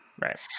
right